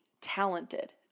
talented